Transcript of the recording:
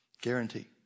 Guarantee